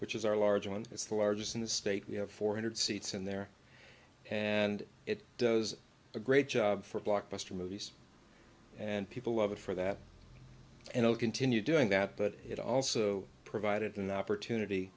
which is our largest and it's the largest in the state we have four hundred seats in there and it does a great job for blockbuster movies and people love it for that and will continue doing that but it also provided an opportunity